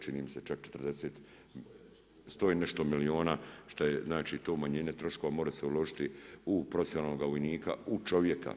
Čini mi se čak 40, sto i nešto milijuna šta je znači to umanjenje troškova mora se uložiti u profesionalnoga vojnika, u čovjeka.